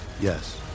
Yes